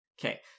okay